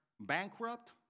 bankrupt